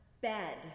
bed